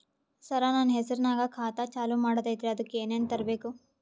ಸರ, ನನ್ನ ಹೆಸರ್ನಾಗ ಖಾತಾ ಚಾಲು ಮಾಡದೈತ್ರೀ ಅದಕ ಏನನ ತರಬೇಕ?